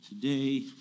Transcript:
Today